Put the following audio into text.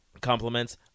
Compliments